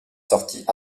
sortis